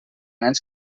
nens